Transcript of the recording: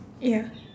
ya